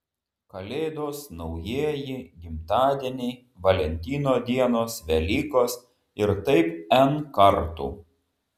kalėdos naujieji gimtadieniai valentino dienos velykos ir taip n kartų